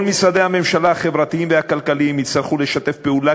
כל משרדי הממשלה החברתיים והכלכליים יצטרכו לשתף פעולה,